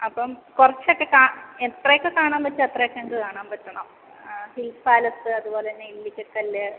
അപ്പം കുറച്ചൊക്കെ എത്രയൊക്കെ കാണാൻ പറ്റുമോ അത്രയൊക്കെ എനിക്ക് കാണാൻ പറ്റണം ഹിൽ പാലസ് അതുപോലതന്നെ ഇല്ലിക്കൽ കല്ല്